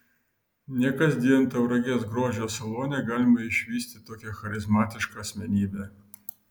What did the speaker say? ne kasdien tauragės grožio salone galima išvysti tokią charizmatišką asmenybę